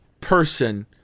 person